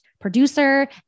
producer